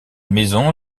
maison